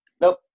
Nope